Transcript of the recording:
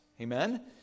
Amen